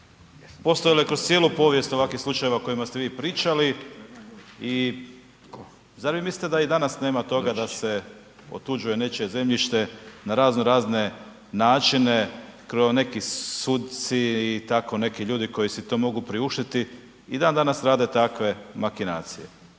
postojalo je kroz cijelu povijest ovakvih slučajeva o kojima ste vi pričali i zar vi mislite da i danas nema toga da se otuđuje nečije zemljište na razno razne načine, kao neki suci i tako neki ljudi koji si to mogu priuštiti, i dan danas rade takve makinacije.